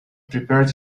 prepared